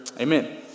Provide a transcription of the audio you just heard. amen